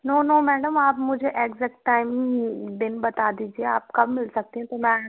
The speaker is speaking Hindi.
नो नो मैडम आप मुझे एग्ज़ैक्ट टाइम दिन बता दीजिए आपका कब मिल सकती हैं तो मैं